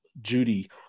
Judy